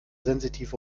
sensitiv